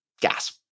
gas